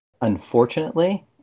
unfortunately